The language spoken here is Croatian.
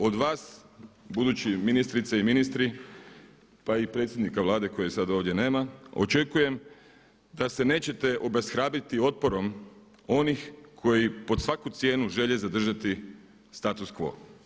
Od vas budući ministrice i ministri pa i predsjednika Vlade, kojeg sada ovdje nema, očekujem da se neće obeshrabriti otporom onih koji pod svaku cijenu žele zadržati status quo.